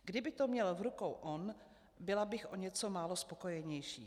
Kdyby to měl v rukou on, byla bych o něco málo spokojenější.